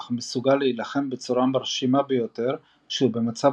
אך מסוגל להילחם בצורה מרשימה ביותר כשהוא במצב